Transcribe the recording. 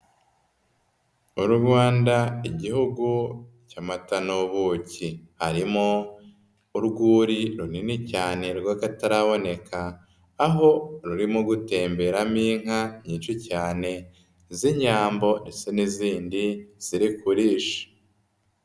U Rwanda Igihugu cy'amata n'ubuki, arimo urwuri runini cyane rw'akataraboneka, aho rurimo gutemberamo inka nyinshi cyane z'Inyambo ndetse n'izindi ziri kurisha.